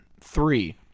Three